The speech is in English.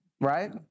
right